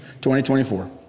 2024